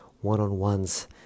one-on-ones